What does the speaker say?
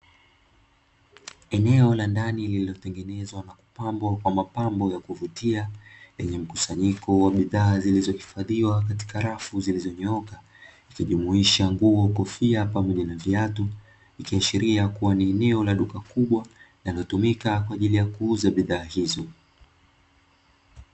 Eneo la ndani lililotengenezwa na kupambwa na mapambo ya kuvutia, lenye mkusanyiko wa bidhaa zilizo hifadhiwa katika rafu zilizonyooka ikijumuhisha nguo, kofia pamoja na viatu, ikiashiria kuwa ni eneo la duka kubwa linalotumika kwa ajii ya kuuza bidhaa hizo.